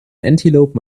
antelope